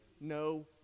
no